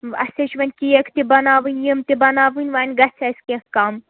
اَسہِ حظ چھِ وۅنۍ کیک تہِ بَناوٕنۍ یِم تہِ بَناوٕنۍ وۅنۍ گژھِ اَسہِ کیٚنٛہہ کَم